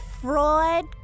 Freud